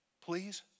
please